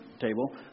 table